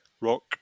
Rock